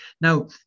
Now